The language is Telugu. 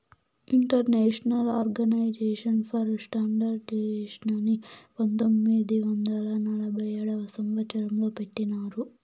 ఇంటర్నేషనల్ ఆర్గనైజేషన్ ఫర్ స్టాండర్డయిజేషన్ని పంతొమ్మిది వందల నలభై ఏడవ సంవచ్చరం లో పెట్టినారు